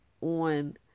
on